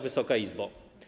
Wysoka Izbo!